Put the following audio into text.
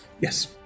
Yes